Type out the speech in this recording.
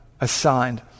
assigned